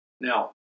Now